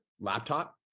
laptop